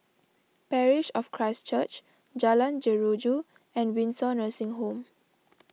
Parish of Christ Church Jalan Jeruju and Windsor Nursing Home